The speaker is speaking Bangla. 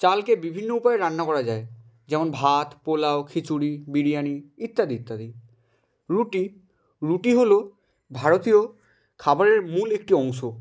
চালকে বিভিন্ন উপায়ে রান্না করা যায় যেমন ভাত পোলাও খিচুড়ি বিরিয়ানি ইত্যাদি ইত্যাদি রুটি রুটি হলো ভারতীয় খাবারের মূল একটি অংশ